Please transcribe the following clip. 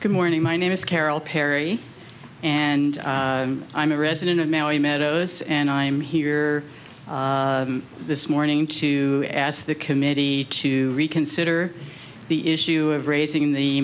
good morning my name is carol perry and i'm a resident of maui meadows and i'm here this morning to ask the committee to reconsider the issue of raising the